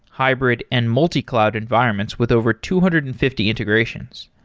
hybrid and multi-cloud environments with over two hundred and fifty integrations.